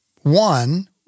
one